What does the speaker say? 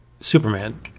Superman